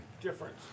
Difference